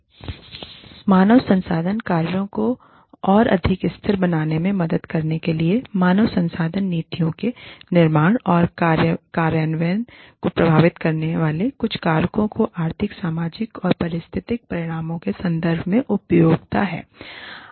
Refer Slide Time 1927 मानव संसाधन कार्यों को और अधिक स्थिर बनाने में मदद करने के लिए मानव संसाधन नीतियों के निर्माण और कार्यान्वयन को प्रभावित करने वाले कुछ कारको की आर्थिक सामाजिक और पारिस्थितिक परिणामों के संदर्भ में उपयुक्तता हैं